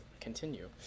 Continue